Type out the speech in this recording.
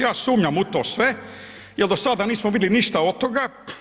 Ja sumnjam u to sve jel do sada nismo vidjeli ništa od toga.